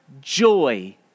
joy